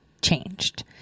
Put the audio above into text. changed